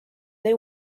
they